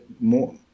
more